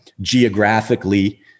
geographically